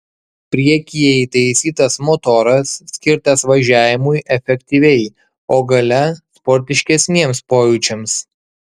priekyje įtaisytas motoras skirtas važiavimui efektyviai o gale sportiškesniems pojūčiams